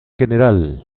general